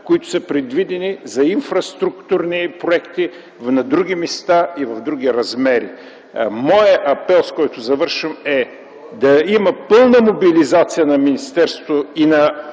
средства, предвидени за инфраструктурни проекти на други места и в други размери. Моят апел е да има пълна мобилизация на министерството